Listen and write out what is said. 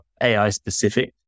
AI-specific